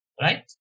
Right